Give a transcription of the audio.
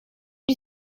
die